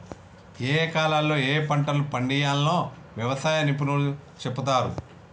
ఏయే కాలాల్లో ఏయే పంటలు పండియ్యాల్నో వ్యవసాయ నిపుణులు చెపుతారు